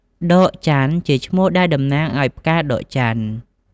ដកចន្ទន៍ ជាឈ្មោះដែលតំណាងឱ្យផ្កាដកចន្ទន៍ ។